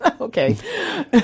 Okay